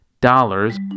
dollars